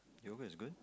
yoga is good